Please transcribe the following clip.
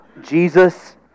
Jesus